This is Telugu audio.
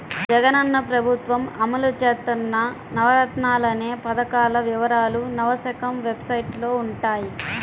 జగనన్న ప్రభుత్వం అమలు చేత్తన్న నవరత్నాలనే పథకాల వివరాలు నవశకం వెబ్సైట్లో వుంటయ్యి